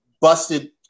busted